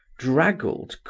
draggled,